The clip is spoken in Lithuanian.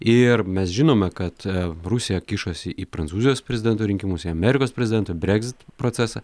ir mes žinome kad rusija kišosi į prancūzijos prezidento rinkimus į amerikos prezidento brekzit procesą